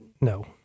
No